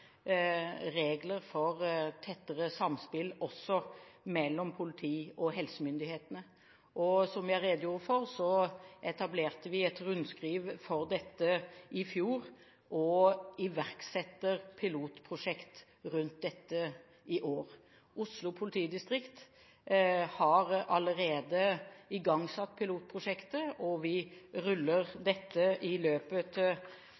regler for et tettere samspill mellom politiet og helsemyndighetene. Som jeg redegjorde for, etablerte vi et rundskriv for dette i fjor, og vi iverksetter et pilotprosjekt rundt dette i år. Oslo politidistrikt har allerede igangsatt pilotprosjektet, og vi ruller i løpet